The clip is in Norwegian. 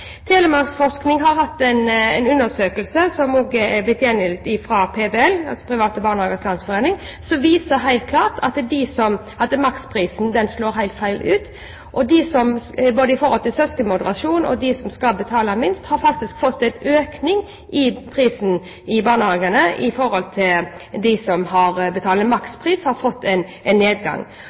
Telemarksforskning har hatt en undersøkelse, som også er blitt gjengitt av PBL, Private Barnehagers Landsforening, som klart viser at maksprisen slår helt feil ut, også i forhold til søskenmoderasjon. De som skal betale minst, har faktisk fått en økning i barnehageprisen i forhold til dem som betaler makspris, som har fått en nedgang.